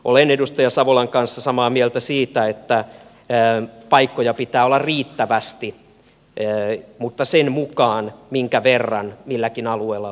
olen edustaja savolan kanssa samaa mieltä siitä että paikkoja pitää olla riittävästi mutta sen mukaan minkä verran milläkin alueella on nuoria